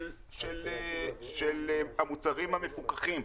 המוצרים המפוקחים,